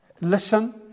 listen